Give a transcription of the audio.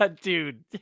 dude